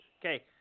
Okay